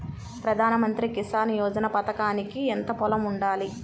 ప్రధాన మంత్రి కిసాన్ యోజన పథకానికి ఎంత పొలం ఉండాలి?